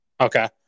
Okay